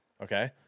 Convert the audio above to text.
Okay